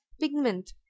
pigment